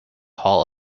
hall